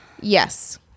Yes